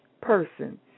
person